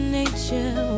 nature